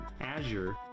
Azure